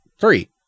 three